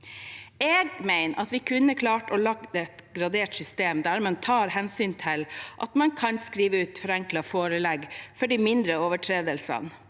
Jeg mener vi kunne klart å lage et gradert system der man tar et slikt hensyn. Da kan man skrive ut forenklede forelegg for de mindre overtredelsene,